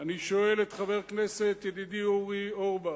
אני שואל את חבר הכנסת ידידי אורי אורבך: